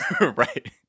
Right